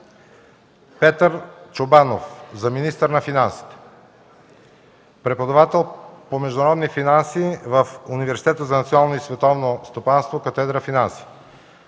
Петър Чобанов – министър на финансите. Преподавател е по международни финанси в Университета за национално и световно стопанство – катедра „Финанси”.